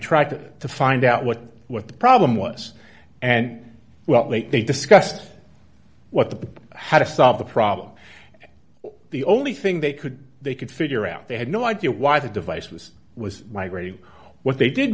tried to find out what what the problem was and well they discussed what the how to solve the problem or the only thing they could do they could figure out they had no idea why the device was was migrating what they did